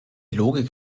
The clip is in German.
logik